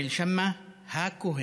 כרמל שאמה הכהן.